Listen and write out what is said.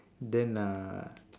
then uh